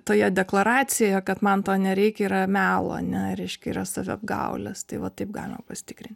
toje deklaracijoje kad man to nereikia yra melo ane reiškia yra saviapgaulės tai va taip galima pasitikrint